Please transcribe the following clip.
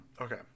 Okay